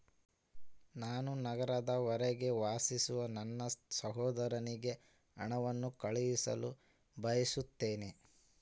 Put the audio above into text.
ನಾನು ನಗರದ ಹೊರಗೆ ವಾಸಿಸುವ ನನ್ನ ಸಹೋದರನಿಗೆ ಹಣವನ್ನು ಕಳುಹಿಸಲು ಬಯಸುತ್ತೇನೆ